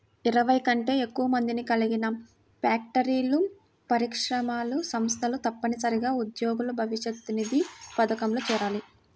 ఇరవై కంటే ఎక్కువ మందిని కలిగిన ఫ్యాక్టరీలు, పరిశ్రమలు, సంస్థలు తప్పనిసరిగా ఉద్యోగుల భవిష్యనిధి పథకంలో చేరాలి